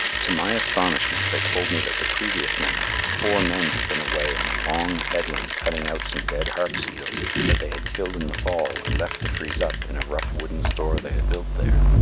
to my astonishment they told me that the previous night four men had been away on a long headland cutting out some dead harp seals that they had killed in the fall and left to freeze up in a rough wooden store they had built there,